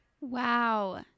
Wow